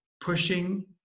pushing